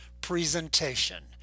presentation